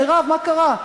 מרב, מה קרה?